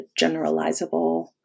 generalizable